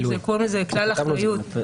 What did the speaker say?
קוראים לזה כלל האחריות,